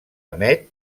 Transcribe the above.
emet